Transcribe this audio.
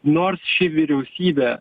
nors ši vyriausybė